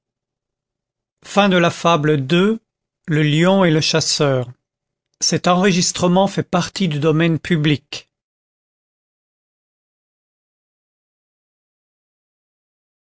le lion et le chasseur